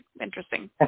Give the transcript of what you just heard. interesting